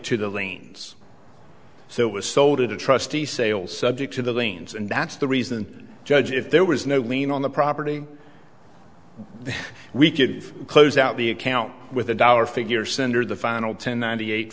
to the lanes so it was sold at a trustee sale subject to the lanes and that's the reason judge if there was no lien on the property we could close out the account with a dollar figure send her the final ten ninety eight